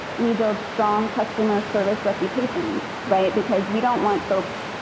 we build strong customer service reputations, right? because we don't want folks,